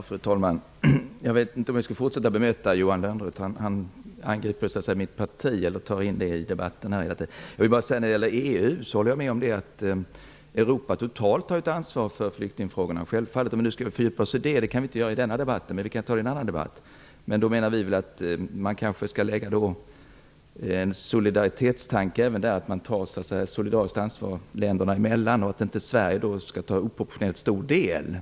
Fru talman! Jag vet inte om jag skall fortsätta att bemöta Johan Lönnroth. Han angriper och drar in mitt parti i debatten. Jag vill bara när det gäller EU hålla med om att Europa totalt har ett ansvar för flyktingfrågorna. Självfallet. Men vi kan inte fördjupa oss i det i denna debatt. Vi kan ta upp det i en annan debatt. Vi menar att det finns utrymme för en solidaritetstanke även där. Man tar solidariskt ansvar länderna emellan. Sverige skall inte ta en oproportionellt stor del.